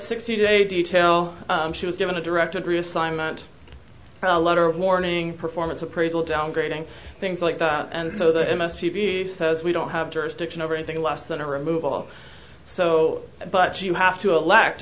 sixty day detail she was given a directive reassignment a letter of warning performance appraisal downgrading things like that and so the m s c p says we don't have to restriction over anything less than a removal so but you have to elect